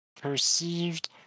perceived